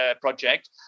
project